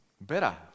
better